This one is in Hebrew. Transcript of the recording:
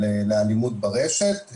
לאלימות ברשת.